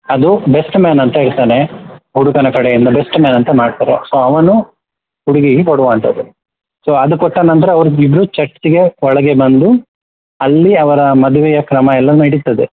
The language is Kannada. ಅದು ಬೆಸ್ಟ್ ಮ್ಯಾನ್ ಅಂತ ಇರ್ತಾನೆ ಹುಡುಗನ ಕಡೆಯಿಂದ ಬೆಸ್ಟ್ ಮ್ಯಾನ್ ಅಂತ ಮಾಡ್ತಾರೆ ಸೊ ಅವನು ಹುಡುಗಿಗೆ ಕೊಡುವಂಥದ್ದು ಸೊ ಅದು ಕೊಟ್ಟ ನಂತರ ಅವ್ರು ಇಬ್ಬರು ಚರ್ಚಿಗೆ ಒಳಗೆ ಬಂದು ಅಲ್ಲಿ ಅವರ ಮದುವೆಯ ಕ್ರಮ ಎಲ್ಲ ನಡಿತದೆ